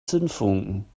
zündfunken